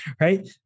right